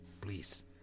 please